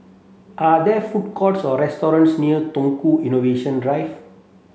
are there food courts or restaurants near Tukang Innovation Drive